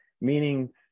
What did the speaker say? meaning